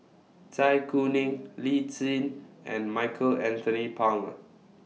Zai Kuning Lee Tjin and Michael Anthony Palmer